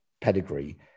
pedigree